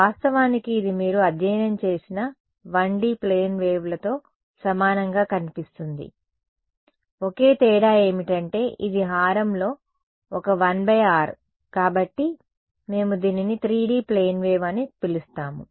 వాస్తవానికి ఇది మీరు అధ్యయనం చేసిన 1D ప్లేన్ వేవ్లతో సమానంగా కనిపిస్తుంది ఒకే తేడా ఏమిటంటే ఇది హారంలో ఒక 1r కాబట్టి మేము దీనిని 3D ప్లేన్ వేవ్ అని పిలుస్తాము